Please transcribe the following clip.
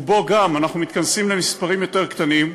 וגם בו אנחנו מתכנסים למספרים יותר קטנים,